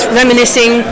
reminiscing